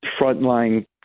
frontline